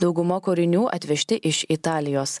dauguma kūrinių atvežti iš italijos